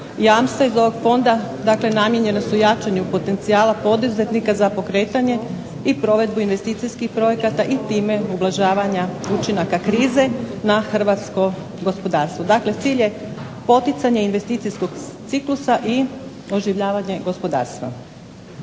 jamstva iz ovog fonda dakle namjena su jačanju potencijala poduzetnika za pokretanje i provedbu investicijskih projekta i tim ublažavanja učinka krize na hrvatsko gospodarstvo. Dakle, cilj je poticanje investicijskog ciklusa i oživljavanje gospodarstva.